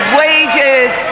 wages